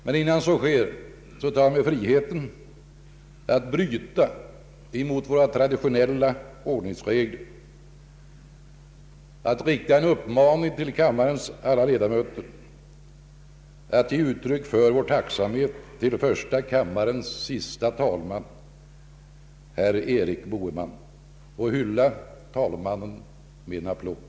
Men innan så sker tar jag mig friheten att bryta mot våra traditionella ordningsregler genom att rikta en uppmaning till kammarens alla ledamöter att ge uttryck för vår tacksamhet till första kammarens siste talman, herr Erik Boheman, och hylla honom med en applåd.